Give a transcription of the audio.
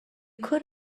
could